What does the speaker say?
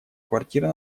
квартира